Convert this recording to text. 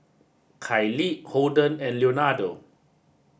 Kailee Holden and Leonardo